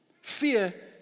Fear